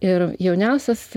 ir jauniausias